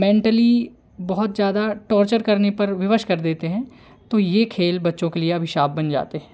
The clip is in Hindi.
मेंटली बहुत ज्यादा टॉर्चर करने पर विवश कर देते हैं तो ये खेल बच्चों के लिए अभिशाप बन जाते हैं